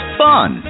fun